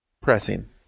pressing